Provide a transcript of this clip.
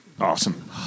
Awesome